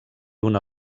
una